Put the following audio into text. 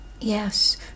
Yes